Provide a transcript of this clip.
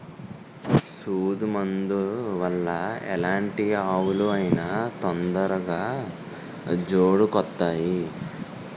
సూదు మందు వల్ల ఎలాంటి ఆవులు అయినా తొందరగా జోడుకొత్తాయి